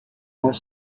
more